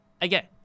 Again